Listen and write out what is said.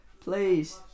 Please